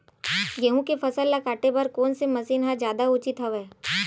गेहूं के फसल ल काटे बर कोन से मशीन ह जादा उचित हवय?